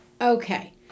Okay